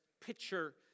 picture